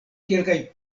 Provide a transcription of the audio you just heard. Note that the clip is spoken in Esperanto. kelkaj